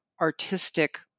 artistic